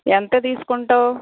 ఎంత తీసుకుంటావు